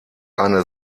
eine